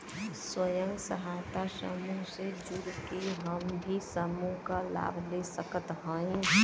स्वयं सहायता समूह से जुड़ के हम भी समूह क लाभ ले सकत हई?